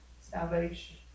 salvation